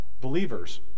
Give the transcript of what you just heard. believers